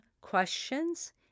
questions